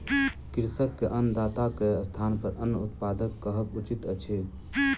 कृषक के अन्नदाताक स्थानपर अन्न उत्पादक कहब उचित अछि